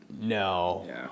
No